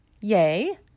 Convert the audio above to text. Yay